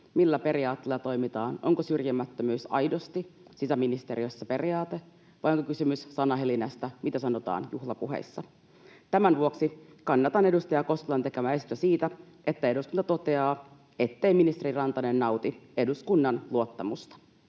Millä periaatteilla toimitaan? Onko syrjimättömyys aidosti sisäministeriössä periaate, vai onko kysymys sanahelinästä, mitä sanotaan juhlapuheissa? Tämän vuoksi kannatan edustaja Koskelan tekemää esitystä siitä, että eduskunta toteaa, ettei ministeri Rantanen nauti eduskunnan luottamusta.